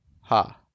ha